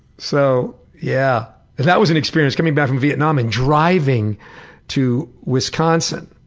so yeah that was an experience, coming back from vietnam and driving to wisconsin